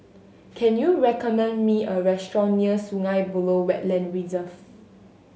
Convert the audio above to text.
can you recommend me a restaurant near Sungei Buloh Wetland Reserve